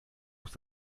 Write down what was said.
muss